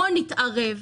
בוא נתערב.